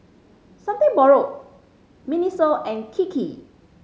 Borrowed MINISO and Kiki